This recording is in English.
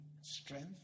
strength